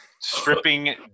stripping